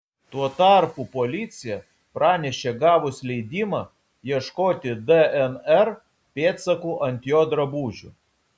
tuo tarpu policija pranešė gavus leidimą ieškoti dnr pėdsakų ant jo drabužių